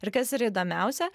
ir kas yra įdomiausia